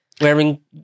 wearing